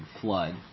flood